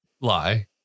Lie